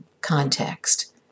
context